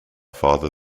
farther